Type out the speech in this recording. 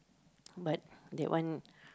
but that one